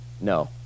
No